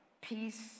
peace